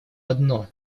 одно